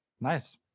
nice